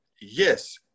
yes